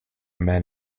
men